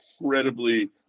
incredibly